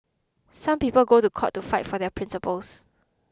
some people go to court to fight for their principles